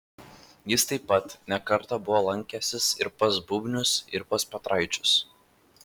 jis taip pat ne kartą buvo lankęsis ir pas bubnius ir pas petraičius